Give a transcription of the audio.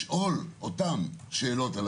להם הזדמנות נאותה להשמיע את התייחסותם.